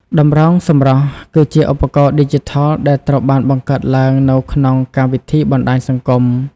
តម្រងសម្រស់ គឺជាឧបករណ៍ឌីជីថលដែលត្រូវបានបង្កើតឡើងនៅក្នុងកម្មវិធីបណ្ដាញសង្គម។